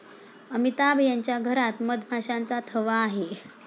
अमिताभ यांच्या घरात मधमाशांचा थवा आहे